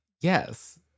yes